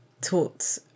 taught